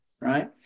right